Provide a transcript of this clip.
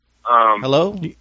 Hello